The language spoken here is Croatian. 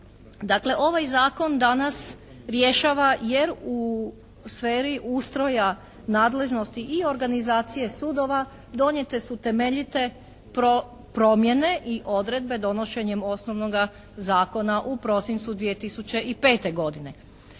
Dakle ovaj zakon danas rješava, jer u sferi ustroja nadležnosti i organizacije sudova donijete su temeljite promjene i odredbe donošenjem osnovnoga zakona u prosincu 2005. godine.